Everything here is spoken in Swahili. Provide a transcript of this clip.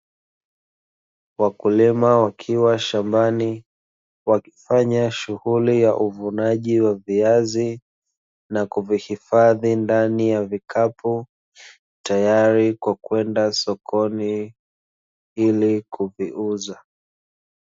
Wakulima wakiwa shambani, wakifanya shughuli ya uvunaji wa viazi na kuvihifadhi ndani ya vikapu tayari kwa kwenda sokoni ili kuviuza.